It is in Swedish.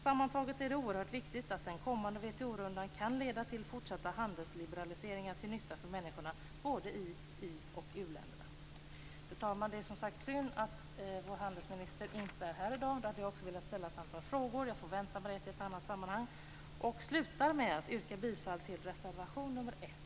Sammantaget är det oerhört viktigt att den kommande WTO rundan kan leda till fortsatta handelsliberaliseringar till nytta för människorna både i i-länderna och uländerna. Fru talman! Det är synd att vår handelsminister inte är här i dag. Jag hade velat ställa ett antal frågor. Jag får vänta med det till något annat sammanhang. Jag slutar med att yrka bifall till reservation nr 1.